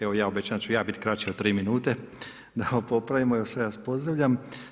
Evo ja obećajem da ću ja biti kraći od tri minute, da ovo popravimo, evo sve vas pozdravljam.